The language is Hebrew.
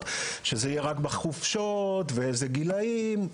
שזה יהיה רק בחופשות ובגילאים מסוימים.